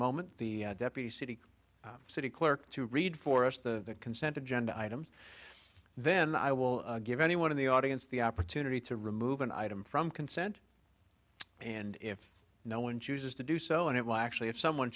moment the deputy city city clerk to read for us the consent agenda items then i will give anyone in the audience the opportunity to remove an item from consent and if no one chooses to do so and it will actually if someone